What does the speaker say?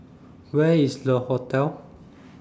Where IS Le Hotel